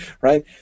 right